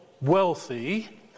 wealthy